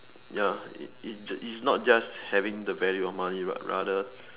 ya it it just it's not just having the value of money but rather